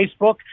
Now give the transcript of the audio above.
Facebook